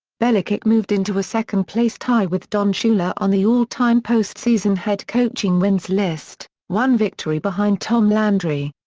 belichick moved into a second-place tie with don shula on the all-time postseason head coaching wins list, one victory behind tom landry.